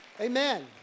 Amen